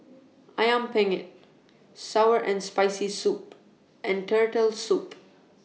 Ayam Penyet Sour and Spicy Soup and Turtle Soup